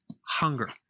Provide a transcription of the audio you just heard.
hunger